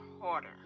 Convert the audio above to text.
harder